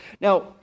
Now